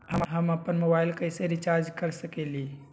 हम अपन मोबाइल कैसे रिचार्ज कर सकेली?